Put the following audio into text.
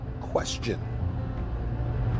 question